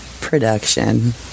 production